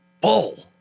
bull